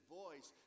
voice